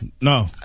No